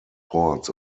ports